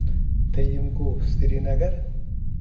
دوٚیُِم گوٚو سری نَگر